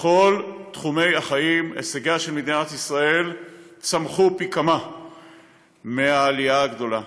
בכל תחומי החיים הישגיה של מדינת ישראל צמחו פי כמה מהעלייה הגדולה.